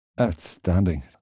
Outstanding